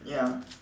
ya